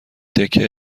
تکه